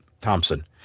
Thompson